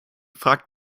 fragt